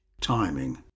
timing